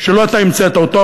שלא אתה המצאת אותו,